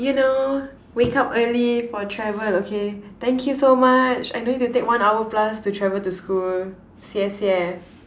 you know wake up early for travel okay thank you so much I no need to take one hour plus to travel to school 谢谢：xie xie